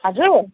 हजुर